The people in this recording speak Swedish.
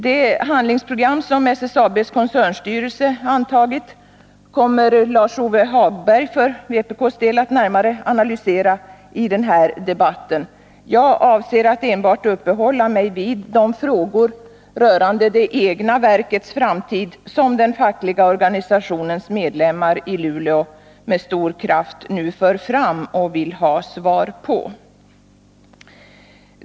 Det handlingsprogram som SSAB:s koncernstyrelse har antagit kommer Lars-Ove Hagberg för vpk:s del att närmare analysera i den här debatten. Jag avser att enbart uppehålla mig vid de frågor rörande det egna verkets framtid som den fackliga organisationens medlemmar i Luleå med stor kraft nu för fram och vill ha svar på.